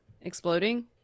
exploding